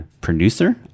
producer